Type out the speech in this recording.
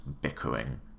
bickering